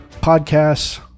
podcasts